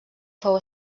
fou